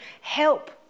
help